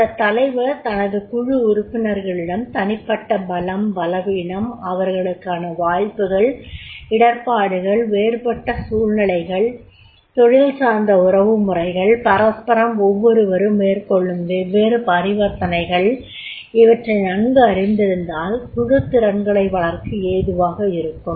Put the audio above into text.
அந்த தலைவர் தனது குழு உறுப்பினர்களின் தனிப்பட்ட பலம் பலவீனம் அவர்களுக்கான வாய்ப்புகள் இடர்பாடுகள் வேறுபட்ட சூழ்னிலைகள் தொழில் சார்ந்த உறவுமுறைகள் பரஸ்பரம் ஒவ்வொருவரும் மேற்கொள்ளும் வெவ்வேறு பரிவர்த்தனைகள் இவற்றை நன்கு அறிந்திருந்தால் குழுத் திறன்களை வளர்க்க ஏதுவாக இருக்கும்